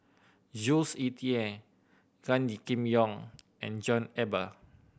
Jules Itier Gan Kim Yong and John Eber